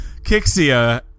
Kixia